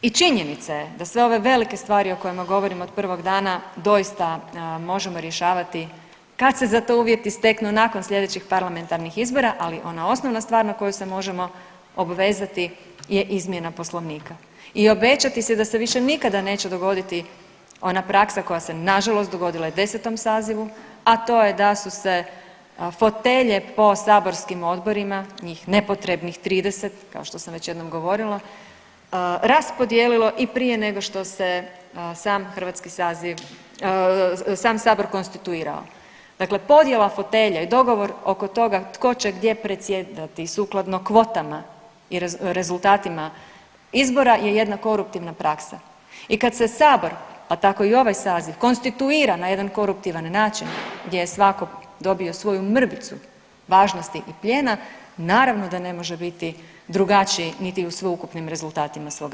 I činjenica je da sve ove velike stvari o kojima govorim od prvog dana doista možemo rješavati kad se za to uvjeti steknu nakon slijedećih parlamentarnih izbora, ali ona osnovna stvar na koju se možemo obvezati je izmjena Poslovnika i obećati si da se više nikada neće dogoditi ona praksa koja se nažalost dogodila i u 10. sazivu, a to je da su se fotelje po saborskim odborima, njih nepotrebnih 30, kao što sam već jednom govorila raspodijelilo i prije nego što se sam hrvatski saziv, sam sabor konstituirao, dakle podjela fotelja i dogovor oko toga tko će gdje predsjedati sukladno kvotama i rezultatima izbora je jedna koruptivna praksa i kad se sabor, pa tako i ovaj saziv konstituira na jedan koruptivan način gdje je svako dobio svoju mrvicu važnosti i plijena naravno da ne može biti drugačiji niti u sveukupnim rezultatima svog rada.